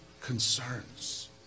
concerns